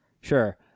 Sure